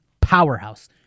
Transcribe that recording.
powerhouse